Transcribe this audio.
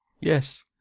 Yes